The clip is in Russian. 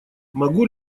могу